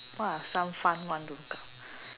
what are some fun one to